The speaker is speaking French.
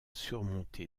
surmontée